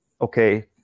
okay